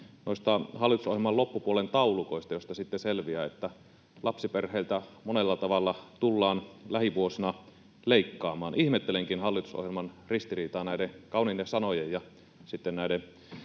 noista hallitusohjelman loppupuolen taulukoista, joista sitten selviää, että lapsiperheiltä monella tavalla tullaan lähivuosina leikkaamaan. Ihmettelenkin hallitusohjelman ristiriitaa näiden kauniiden sanojen ja näiden